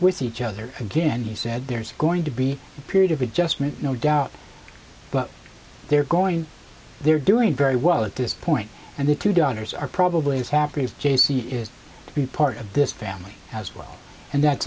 with each other again he said there's going to be a period of adjustment no doubt but they're going they're doing very well at this point and the two daughters are probably as happy as jaycee is to be part of this family as well and that